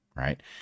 Right